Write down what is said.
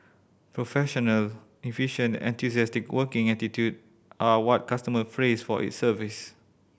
professional efficient and enthusiastic working attitude are what customer praise for its service